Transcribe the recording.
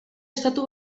estatu